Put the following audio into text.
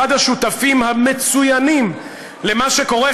אחד השותפים המצוינים למה שקורה,